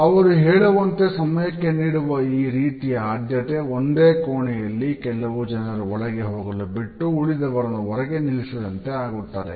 ಅವರು ಹೇಳುವಂತೆ ಸಮಯಕ್ಕೆ ನೀಡುವ ಈ ರೀತಿಯ ಆದ್ಯತೆ ಒಂದು ಕೋಣೆಯಲ್ಲಿ ಕೆಲವು ಜನರನ್ನು ಒಳಹೋಗಲು ಬಿಟ್ಟು ಉಳಿದವರನ್ನು ಹೊರಗೆ ನಿಲ್ಲಿಸಿದಂತೆ ಆಗುತ್ತದೆ